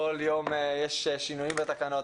כל יום יש שינויים בתקנות,